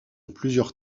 plusieurs